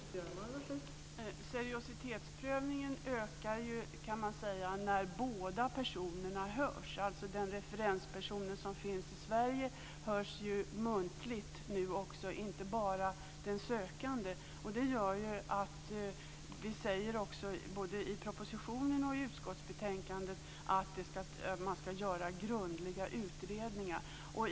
Fru talman! Seriositetsprövningen ökar ju, kan man säga, när båda personerna hörs. Också den referensperson som finns i Sverige hörs ju nu muntligt, inte bara den sökande. Det står också både i propositionen och i utskottsbetänkandet att man ska göra grundliga utredningar.